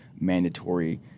mandatory